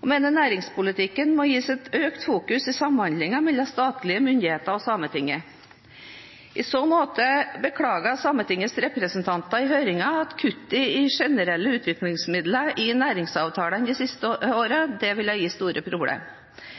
Jeg mener næringspolitikken må gis et økt fokus i samhandlingen mellom statlige myndigheter og Sametinget. I så måte beklaget Sametingets representanter i høringen at kuttet i generelle utviklingsmidler i næringsavtalene siste år ville gi store